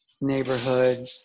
neighborhood